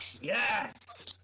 Yes